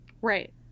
Right